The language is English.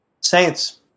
Saints